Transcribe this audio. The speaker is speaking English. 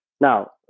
Now